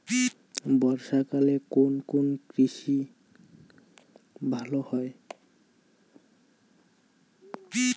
বর্ষা কালে কোন কোন কৃষি ভালো হয়?